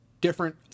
different